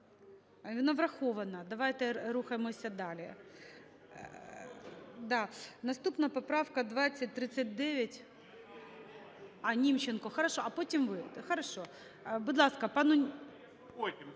Вона врахована. Давайте, рухаємося далі. Да, наступна поправка 2039. А, Німченко. Хорошо. А потім – ви. Хорошо. Будь ласка… 13:34:47